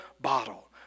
bottle